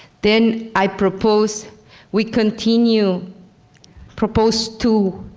then i propose we continue propose to